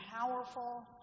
powerful